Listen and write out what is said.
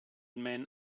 men